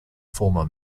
former